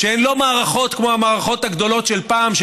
שהן לא מערכות כמו המערכות הגדולות של פעם,